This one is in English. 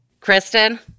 Kristen